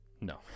No